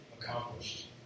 accomplished